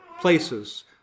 Places